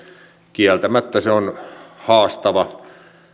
kieltämättä se on haastava